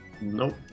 Nope